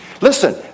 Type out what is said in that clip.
Listen